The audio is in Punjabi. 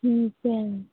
ਠੀਕ ਹੈ